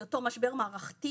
היותו משבר מערכתי